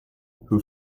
who